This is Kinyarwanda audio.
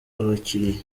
abakiliya